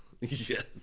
Yes